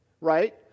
right